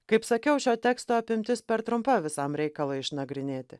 kaip sakiau šio teksto apimtis per trumpa visam reikalui išnagrinėti